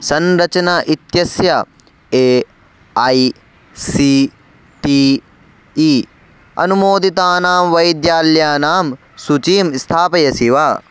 संरचना इत्यस्य A I C T E अनुमोदितानां वैद्यालयानां सूचीं स्थापयसि वा